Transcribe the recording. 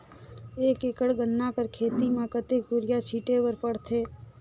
एक एकड़ गन्ना कर खेती म कतेक युरिया छिंटे बर पड़थे?